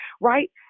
right